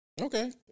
Okay